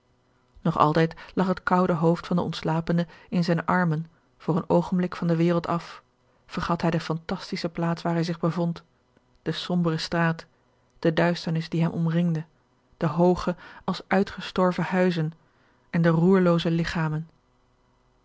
nog altijd lag het koude hoofd van den ontslapene in zijne armen voor een oogenblik van de wereld af vergat hij de fantastische plaats waar hij zich bevond de sombere straat de duisternis die hem omringde de hooge als uitgestorven huizen en de roerlooze ligchamen